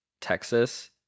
Texas